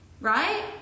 right